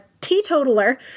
teetotaler